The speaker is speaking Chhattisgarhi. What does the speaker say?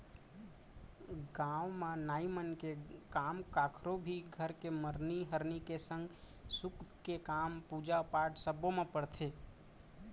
गाँव म नाई मन के काम कखरो भी घर के मरनी हरनी के संग सुख के काम, पूजा पाठ सब्बो म परथे